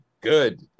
good